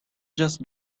just